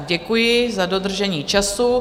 Děkuji za dodržení času.